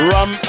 Rum